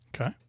Okay